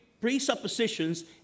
presuppositions